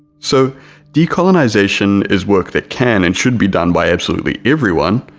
so decolonization is work that can and should be done by absolutely everyone.